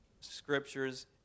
scriptures